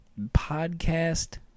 podcast